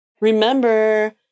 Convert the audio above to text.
Remember